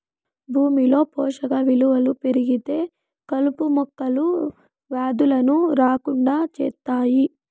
భూమిలో పోషక విలువలు పెరిగితే కలుపు మొక్కలు, వ్యాధులను రాకుండా చేత్తాయి